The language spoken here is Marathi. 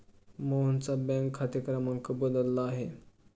मोहनचा बँक खाते क्रमांक बदलला आहे